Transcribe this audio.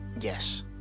Yes